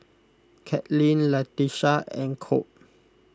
Katlin Latisha and Colt